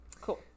Cool